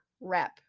rep